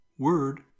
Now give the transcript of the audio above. word